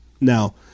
Now